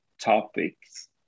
topics